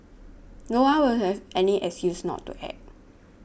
no one will have any excuse not to act